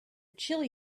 chilli